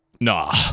Nah